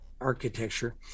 architecture